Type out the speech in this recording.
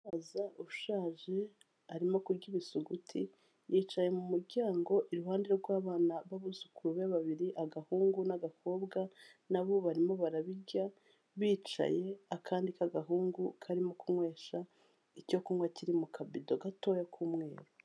Umusaza ushaje arimo kurya ibisuguti, yicaye mu muryango iruhande rw'abana babuzukuru be babiri agahungu n'agakobwa, na bo barimo barabirya bicaye akandi k'agahungu karimo kunywesha icyo kunywa kiri mu kabido gatoya k'umweru.